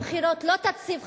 הבחירות לא יציבו